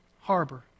Harbor